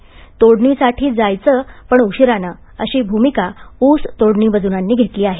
तोडणीसाठी जायचे पण उशिराने अशी भूमिका ऊस तोडणी मजूरांनी घेतली आहे